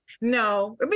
No